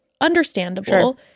understandable